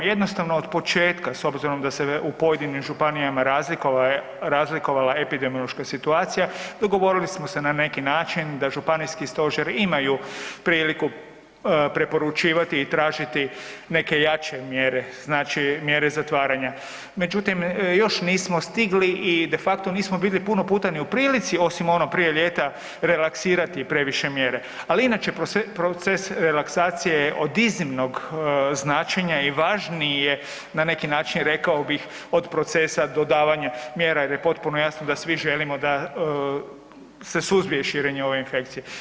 Jednostavno od početka s obzirom da se u pojedinim županijama razlikovala epidemiološka situacija, dogovorili smo se na neki način da županijski stožeri imaju priliku preporučivati i tražiti neke jače mjere, znači mjere zatvaranja međutim još nismo stigli i de facto nismo bili puno puta ni u prilici osim ono prije ljeta relaksirati previše mjere, ali inače proces relaksacije je od iznimnog značenja i važniji je na neki način rekao bih od procesa dodavanja mjera jer je potpuno jasno da svi želimo da se suzbije širenje ove infekcije.